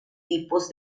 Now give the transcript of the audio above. tipos